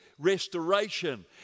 restoration